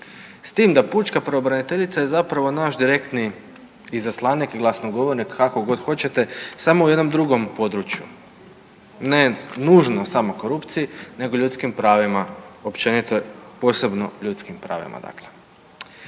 s tim da pučka pravobraniteljica je zapravo naš direktni izaslanik i glasnogovornik, kako god hoćete, samo u jednom drugom području, ne nužno samo korupciji nego ljudskim pravima općenito, posebno ljudskim pravima